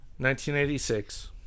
1986